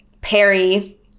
Perry